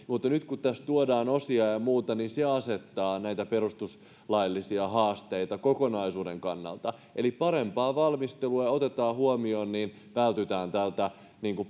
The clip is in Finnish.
mutta nyt se että tässä tuodaan osia ja muuta asettaa näitä perustuslaillisia haasteita kokonaisuuden kannalta eli kun on parempaa valmistelua ja tämä otetaan huomioon niin vältytään tältä